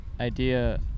idea